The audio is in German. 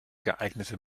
geeignete